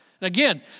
Again